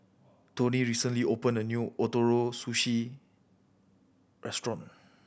Toney recently opened a new Ootoro Sushi Restaurant